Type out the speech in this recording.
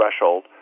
threshold